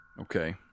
Okay